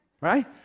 Right